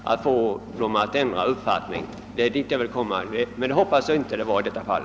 Jag hoppas att det inte rörde sig om något sådant i detta fall.